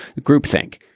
groupthink